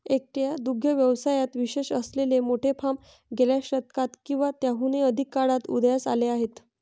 एकट्या दुग्ध व्यवसायात विशेष असलेले मोठे फार्म गेल्या शतकात किंवा त्याहून अधिक काळात उदयास आले आहेत